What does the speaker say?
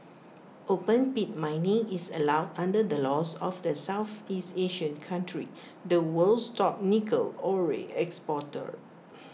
open pit mining is allowed under the laws of the Southeast Asian country the world's top nickel ore exporter